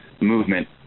movement